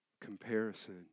Comparison